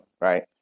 right